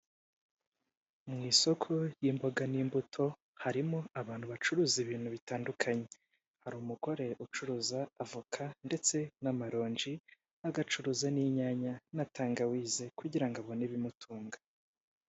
Mu isoko ry'imboga n'imbuto, harimo abantu bacuruza ibintu bitandukanye. Hari umugore ucuruza avoka ndetse n'amaronji. Agacuruza n'inyanya na tangawize kugira ngo abone ibimutunga.